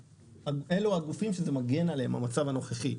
אלו הגופים שזה מגן עליהם, המצב הנוכחי.